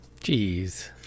Jeez